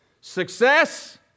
Success